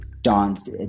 dance